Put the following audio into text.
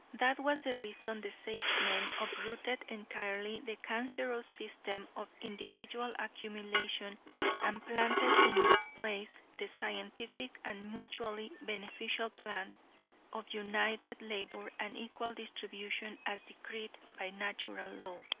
that was the reason the sagemen uprooted entirely the cancerous system of individual accumulation and planted in its place the scientific and mutually beneficial plan of united labor and equal distribution as decreed by natural law.